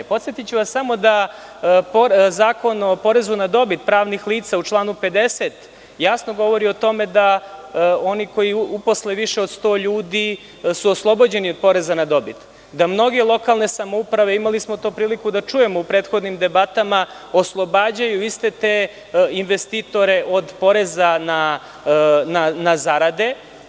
Podsetiću vas samo da Zakon o porezu na dobit pravnih lica u članu 50. jasno govori o tome da oni koji uposle više od 100 ljudi su oslobođeni od poreza na dobit, da mnoge lokalne samouprave, imali smo to priliku da čujemo u prethodnim debatama, oslobađaju iste te investitore od poreza na zarade.